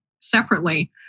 separately